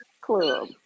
club